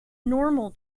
normal